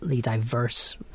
diverse